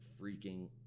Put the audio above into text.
Freaking